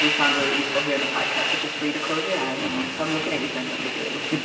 we've found really useful here on the podcast, which is for you to close your eyes i'm looking at you, so i know you're doing it.